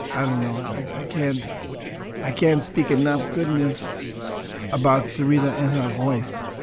i don't know. i can't i can't speak enough good news about syreeta and her voice.